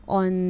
on